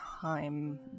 time